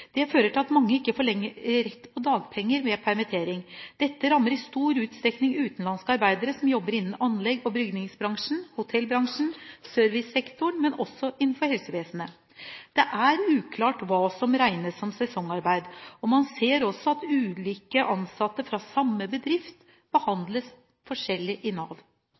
Det fører til at mange ikke har rett til dagpenger ved permittering. Dette rammer i stor utstrekning utenlandske arbeidere som jobber innen anleggs- og bygningsbransjen, hotellbransjen og servicesektoren, men også innenfor helsevesenet. Det er uklart hva som regnes som sesongarbeid. Man ser også at ulike ansatte fra samme bedrift behandles forskjellig av Nav.